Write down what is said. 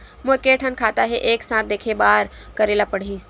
मोर के थन खाता हे एक साथ देखे बार का करेला पढ़ही?